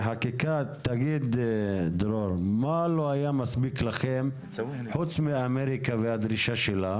תגיד לנו מה לא היה מספיק לכם - חוץ מאמריקה והדרישה שלה